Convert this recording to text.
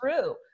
true